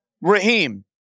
Raheem